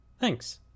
Thanks